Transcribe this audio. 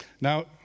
Now